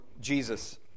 Jesus